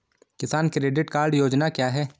किसान credit card योजना क्या है?